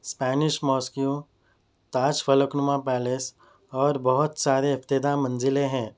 Spanish تاج فلک نما پیلیس اور بہت سارے ابتدا منزلیں ہیں